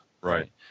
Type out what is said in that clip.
Right